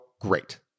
great